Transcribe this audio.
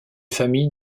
familles